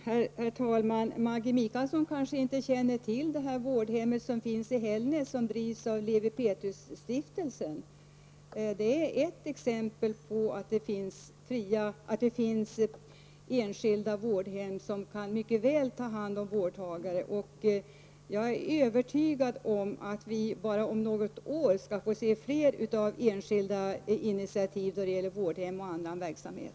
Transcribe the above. Herr talman! Maggi Mikaelsson kanske inte känner till vårdhemmet som finns i Hällnäs som drivs av Lewi Pethrus Stiftelse. Det är ett exempel på att det finns enskilda vårdhem som mycket väl kan ta hand om vårdtagare. Jag är övertygad om att vi bara om något år skall få se fler enskilda initiativ då det gäller vårdhem och annan verksamhet.